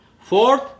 Fourth